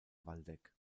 waldeck